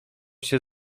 się